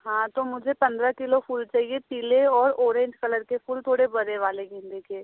हाँ तो मुझे पंद्रह किलो फूल चाहिए पीले और ओरेंज कलर के फूल थोड़े बड़े वाले गेंदे के